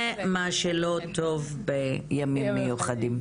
זה מה שלא טוב בימים מיוחדים.